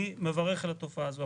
אני מברך על התופעה הזאת.